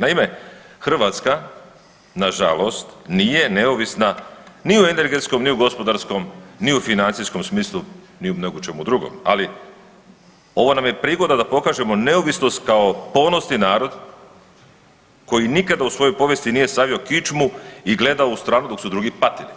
Naime, Hrvatska nažalost nije neovisna ni u energetskom, ni u gospodarskom, ni u financijskom smislu, ni u čemu drugom, ali ovo nam je prigoda da pokažemo neovisnost kao ponosni narod koji nikada u svojoj povijesti savio kičmu i gledao u stranu dok su drugi patili